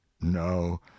no